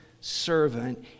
servant